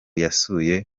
yasuye